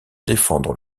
défendre